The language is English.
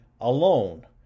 alone